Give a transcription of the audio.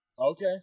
Okay